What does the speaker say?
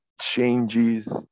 changes